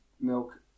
milk